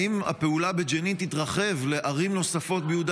האם הפעולה בג'נין תתרחב לערים נוספות ביהודה